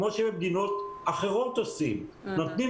כמו שבמדינות אחרות עושים נותנים